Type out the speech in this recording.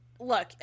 look